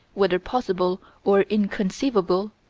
whether possible or inconceivable,